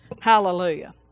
Hallelujah